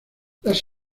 las